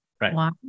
Right